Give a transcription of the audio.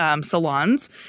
salons